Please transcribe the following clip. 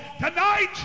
tonight